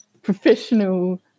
professional